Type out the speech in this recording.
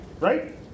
Right